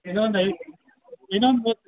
ಇನ್ನೊಂದು ಐತಿ ಇನ್ನೊಂದ